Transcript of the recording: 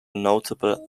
notable